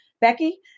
Becky